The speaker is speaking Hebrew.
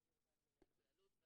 אני יעל, יו"ר ועד מנהל באלו"ט.